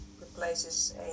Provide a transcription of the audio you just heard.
replaces